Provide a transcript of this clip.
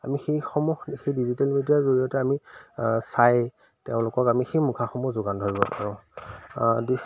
আমি সেইসমূহ সেই ডিজিটেল মিডিয়াৰ জৰিয়তে আমি চাই তেওঁলোকক আমি সেই মুখাসমূহ যোগান ধৰিব পাৰোঁ